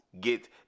get